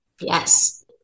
Yes